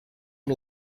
amb